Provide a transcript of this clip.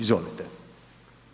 Izvolite.